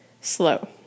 slow